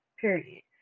Period